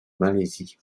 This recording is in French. malaisie